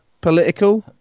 political